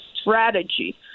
strategy